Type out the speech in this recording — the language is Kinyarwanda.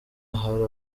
hari